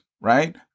right